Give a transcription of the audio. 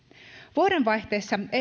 vuodenvaihteessa